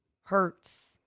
Hurts